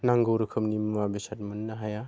नांगौ रोखोमनि मुवा बेसाद मोननो हाया